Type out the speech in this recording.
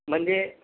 म्हणजे